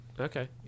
Okay